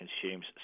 consumes